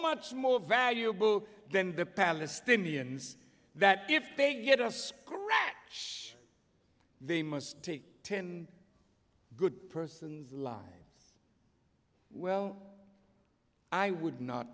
much more valuable then the palestinians that if they get us correct they must take ten good persons lives well i would not